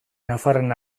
nafarren